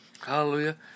Hallelujah